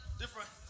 different